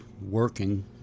working